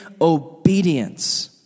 obedience